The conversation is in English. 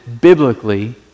biblically